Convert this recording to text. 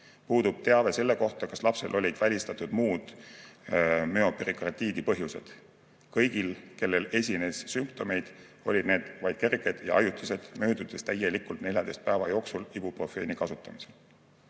Puudub teave selle kohta, kas lapsel olid välistatud muud müoperikardiidi põhjused. Kõigil, kellel esines sümptomeid, olid need vaid kerged ja ajutised, möödudes täielikult 14 päeva jooksul ibuprofeeni kasutamisel.